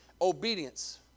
obedience